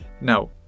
Now